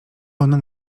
ona